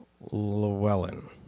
Llewellyn